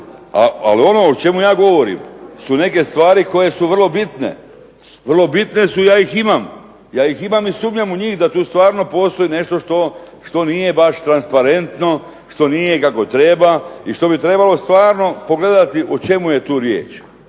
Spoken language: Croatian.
Ali ono o čemu ja govorim su neke stvari koje su vrlo bitne. Vrlo bitne su i ja ih imam, ja ih imam i sumnjam u njih da tu stvarno postoji nešto što nije baš transparentno, što nije kako treba i što bi trebalo stvarno pogledati o čemu je tu riječ